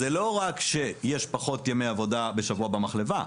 זה לא רק שיש פחות ימי עבודה בשבוע במחלבה,